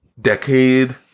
decade